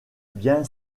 bien